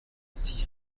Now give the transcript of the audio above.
six